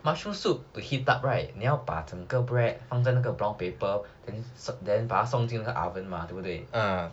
mushroom soup to heat up right 你要把整个 bread 放在 brown paper then 把它送进那个 oven mah 对不对